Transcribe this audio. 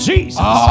Jesus